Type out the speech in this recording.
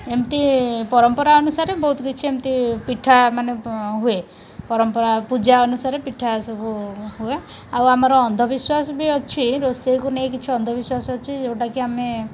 ଏମିତି ପରମ୍ପରା ଅନୁସାରେ ବହୁତ କିଛି ଏମିତି ପିଠା ମାନେ ହୁଏ ପରମ୍ପରା ପୂଜା ଅନୁସାରେ ପିଠା ସବୁ ହୁଏ ଆଉ ଆମର ଅନ୍ଧବିଶ୍ୱାସ ବି ଅଛି ରୋଷେଇକୁ ନେଇ କିଛି ଅନ୍ଧବିଶ୍ୱାସ ଅଛି ଯେଉଁଟାକି ଆମେ